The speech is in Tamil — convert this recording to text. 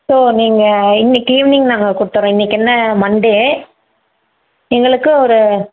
ஸோ நீங்கள் இன்றைக்கு ஈவினிங் நாங்கள் கொடுத்துறோம் இன்றைக்கு என்ன மண்டே எங்களுக்கு ஒரு